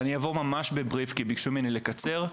אני אעבור ממש בקצרה, כי ביקשו ממני לקצר.